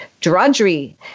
drudgery